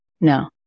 No